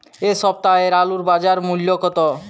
এ সপ্তাহের আলুর বাজার মূল্য কত?